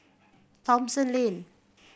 Thomson Lane